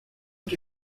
que